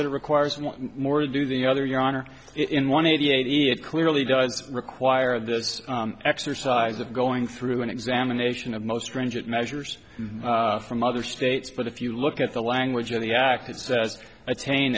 it requires more to do the other your honor in one eighty eight it clearly does require the exercise of going through an examination of most stringent measures from other states but if you look at the language of the act it says attain